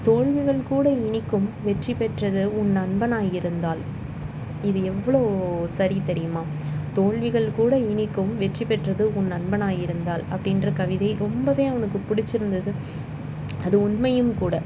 தோல்விகள் கூட இனிக்கும் வெற்றி பெற்றது உன் நண்பனாக இருந்தால் இது எவ்வளோ சரி தெரியுமா தோல்விகள் கூட இனிக்கும் வெற்றி பெற்றது உன் நண்பனாக இருந்தால் அப்படின்ற கவிதை ரொம்பவே அவனுக்கும் பிடிச்சிருந்துது அது உண்மையும் கூட